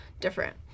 different